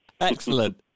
Excellent